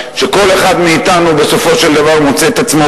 שכל אחד מאתנו בסופו של דבר מוצא את עצמו